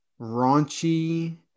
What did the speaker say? raunchy